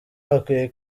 bakwiye